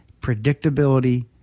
predictability